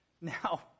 Now